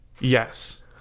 Yes